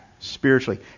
spiritually